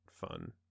fun